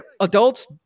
adults